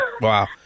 Wow